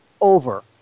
over